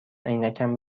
عینکم